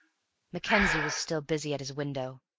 mackenzie was still busy at his window,